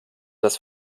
das